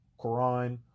Quran